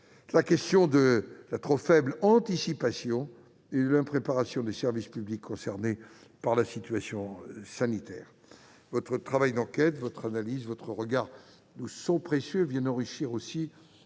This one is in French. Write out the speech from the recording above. la question de la trop faible anticipation et de l'impréparation des services publics concernés par la situation sanitaire. Votre travail d'enquête, votre analyse et votre regard nous sont précieux et viennent enrichir les